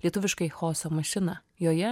lietuviškai chaoso mašina joje